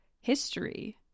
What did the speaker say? History